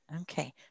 Okay